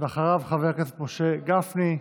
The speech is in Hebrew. אחריו, חברי הכנסת גפני,